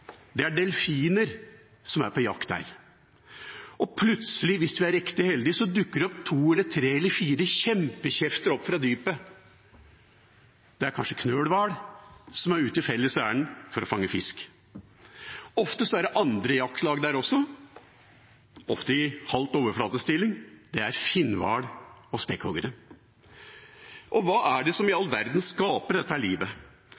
Det er delfiner som er på jakt der. Og plutselig, hvis en er riktig heldig, dukker det opp to, tre eller fire kjempekjefter fra dypet. Det er kanskje knølhval som er ute i felles ærend for å fange fisk. Ofte er det andre jaktlag der også, ofte halvt i overflatestilling, det er finnhval og spekkhoggere. Hva i all verden er det som skaper dette livet?